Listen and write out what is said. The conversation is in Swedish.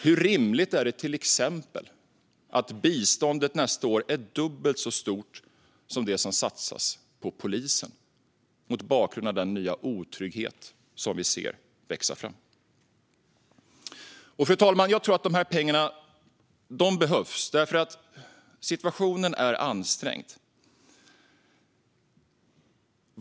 Hur rimligt är det till exempel att biståndet nästa år är dubbelt så stort som den summa som satsas på polisen, mot bakgrund av den nya otrygghet som vi ser växa fram? Fru talman! Jag tror att dessa pengar behövs, för situationen är ansträngd.